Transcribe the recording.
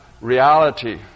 reality